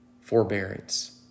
forbearance